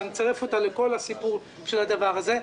ואני מצרף אותה לכל הסיפור של הדבר הזה,